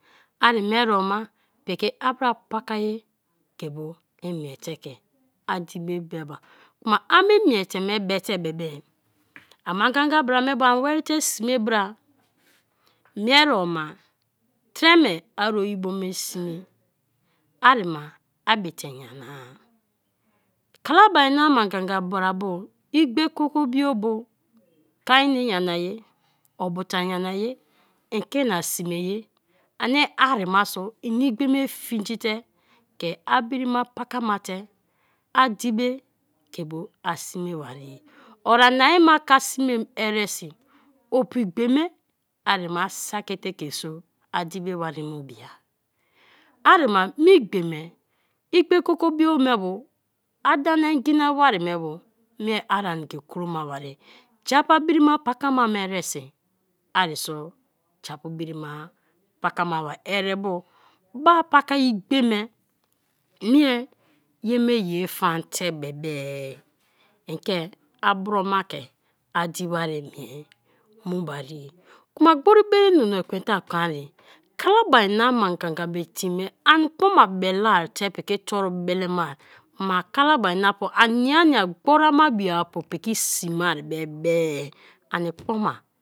Ari mie re oma piki abra paka-ye ke bo imiete ke adi be be ba; kuma a me imiete be te be be, ama ganga bra me bo ani werite sme bra mie reo'ma tre me ari oyio be sme arima a bite nyana-a; kalabari na ma ganga bra bo igbe kukobio bo kaine nyana ye, obuta nyana ye, en ke ina sme ye ani arima so ini gbe me fingite ke a brima pakamate adibe ke mo a sme bare; o ani ma ke a sme eresi opu igbe me arima a saki te ke so adibe wari mu biya; ari ma me igbe me; igbe koko bio me bu, ada na ngi na wari me bu mie aria ai ke kroma barie; ja pu brima pakamaba erebu ba paka igbe me mie ye me ye fan te be be en ke abro ma ke adi wari mie mu bari ye; kuma gberi bere nunu ekwen te a kon ye; kalabari na ma ganga me te me ani kpo ma belea te piki tor belema k'ma kalabari napu ania nia gbori ama bio-apu piki siima bebe-e ani kpoma.